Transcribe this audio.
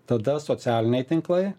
tada socialiniai tinklai